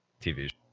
TV